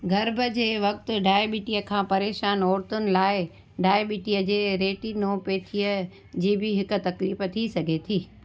गर्भ जे वक़्ति डायबटीअ खां परेशानु औरतुनि लाइ डायबटीअ जे रेटिनोपैथीअ जी बि हिकु तकलीफ़ थी सघे थी